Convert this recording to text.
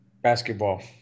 Basketball